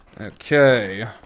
Okay